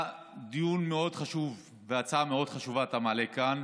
דיון מאוד חשוב והצעה מאוד חשובה אתה מעלה כאן,